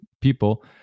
people